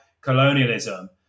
colonialism